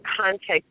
context